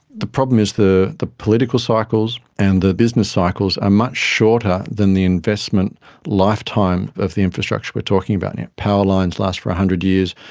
the problem is the the political cycles and the business cycles are much shorter than the investment lifetime of the infrastructure we are talking about powerlines last for one hundred years,